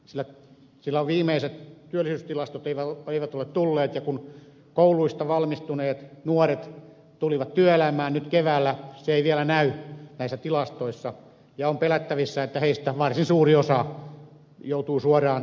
sillä viimeiset työllisyystilastot eivät ole tulleet ja kun kouluista valmistuneet nuoret tulivat työelämään nyt keväällä se ei vielä näy näissä tilastoissa ja on pelättävissä että heistä varsin suuri osa joutuu suoraan työttömyyskortistoon